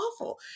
awful